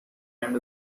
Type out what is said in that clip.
and